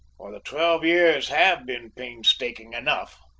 for the twelve years have been painstaking enough,